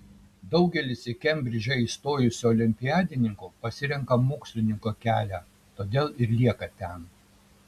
daugelis į kembridžą įstojusių olimpiadininkų pasirenka mokslininko kelią todėl ir lieka ten